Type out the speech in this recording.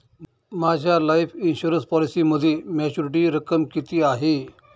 माझ्या life insurance पॉलिसीमध्ये maturity रक्कम किती आहे?